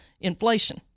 inflation